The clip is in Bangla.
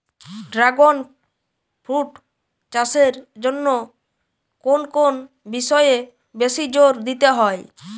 ড্রাগণ ফ্রুট চাষের জন্য কোন কোন বিষয়ে বেশি জোর দিতে হয়?